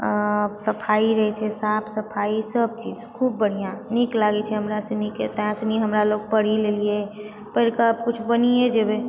आ सफाइ रहै छै साफ सफाइ सबचीज खूब बढ़िआँ नीक लागै छै हमरा सनीके ताहिसँ हमरा सनी लोग पढ़ि लेइए पढ़िके किछु बनिऐ जेबए